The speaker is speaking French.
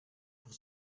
pour